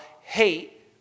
hate